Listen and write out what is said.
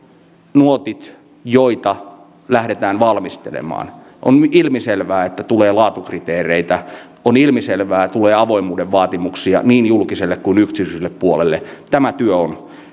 nuotit joita lähdetään valmistelemaan on ilmiselvää että tulee laatukriteereitä on ilmiselvää että tulee avoimuuden vaatimuksia niin julkiselle kuin yksityiselle puolelle tämä työ on